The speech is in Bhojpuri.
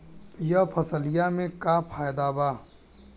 यह फसलिया में का फायदा बा?